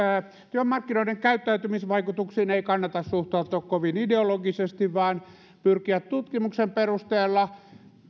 työmarkkinoiden käyttäytymisvaikutuksiin ei kannata suhtautua kovin ideologisesti vaan pyrkiä tutkimuksen perusteella